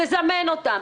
לזמן אותם,